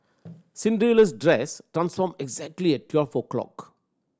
Cinderella's dress transformed exactly at twelve o' clock